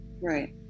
right